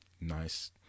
nice